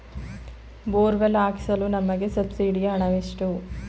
Borewell ಹಾಕಿಸಲು ನಮಗೆ ಸಬ್ಸಿಡಿಯ ಹಣವೆಷ್ಟು?